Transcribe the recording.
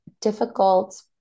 difficult